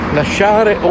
lasciare